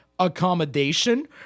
accommodation